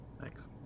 Thanks